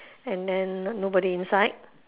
and then nobody inside